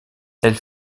elle